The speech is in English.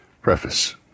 Preface